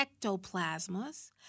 ectoplasmas